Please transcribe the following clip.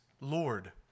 Lord